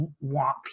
want